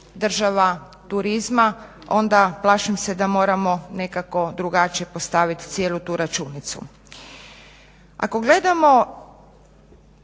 država turizma onda plašim se da moramo nekako drugačije postaviti cijelu tu računicu.